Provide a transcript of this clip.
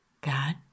God